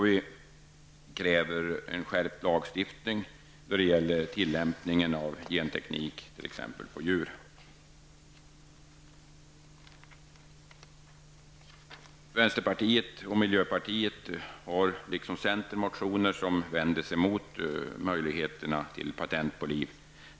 Vi kräver en skärpning av lagstiftningen då det gäller tillämpning av genteknik t.ex. på djur. Vänsterpartiet och miljöpartiet har liksom centern motioner som vänder sig mot möjligheten att få patent på liv.